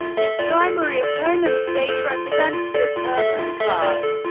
his primary opponent, state representative herman clark,